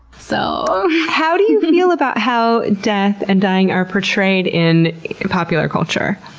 so how do you feel about how death and dying are portrayed in popular culture?